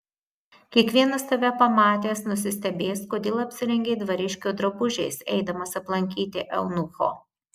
kiekvienas tave pamatęs nusistebės kodėl apsirengei dvariškio drabužiais eidamas aplankyti eunucho